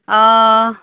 অ